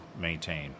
maintain